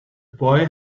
boy